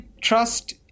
trust